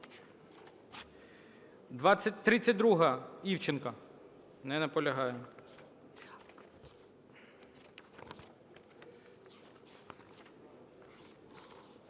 32-а, Івченко. Не наполягає.